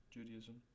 Judaism